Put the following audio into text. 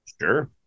sure